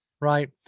right